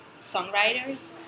songwriters